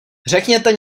řekněte